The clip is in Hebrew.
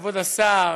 כבוד השר,